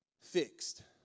Fixed